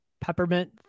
peppermint